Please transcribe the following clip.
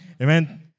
Amen